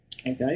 Okay